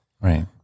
Right